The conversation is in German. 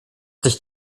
dich